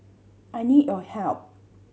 I need your help